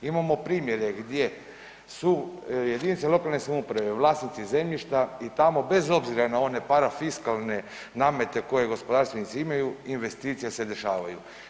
Imamo primjere gdje su jedinice lokalne samouprave vlasnici zemljišta i tamo bez obzira na one parafiskalne namete koje gospodarstvenici imaju investicije se dešavaju.